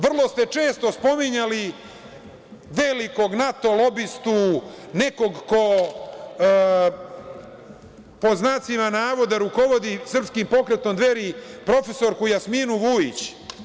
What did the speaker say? Vrlo ste često spominjali veliko NATO lobistu, nekog ko „rukovodi“ srpskim pokretom Dveri, prof Jasminu Vujić.